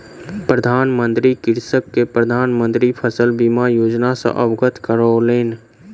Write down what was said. प्रधान मंत्री कृषक के प्रधान मंत्री फसल बीमा योजना सॅ अवगत करौलैन